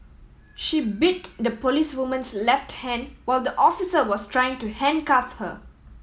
she bit the policewoman's left hand while the officer was trying to handcuff her